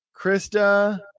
Krista